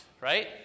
right